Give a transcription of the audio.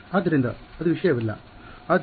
ಆದ್ದರಿಂದಅದು ವಿಷಯವಲ್ಲ